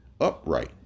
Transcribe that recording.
upright